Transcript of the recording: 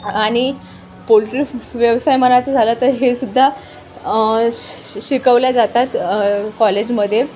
आणि पोल्ट्री व्यवसाय म्हणायचं झालं तर हे सुद्धा श शिकवल्या जातात कॉलेजमध्ये